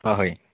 অ' হয়